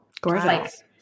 Gorgeous